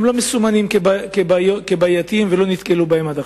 הם לא מסומנים כבעייתיים ועד עכשיו לא נתקלו בהם.